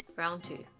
round two